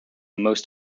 most